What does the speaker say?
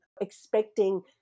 expecting